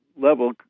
level